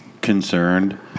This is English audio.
concerned